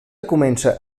comença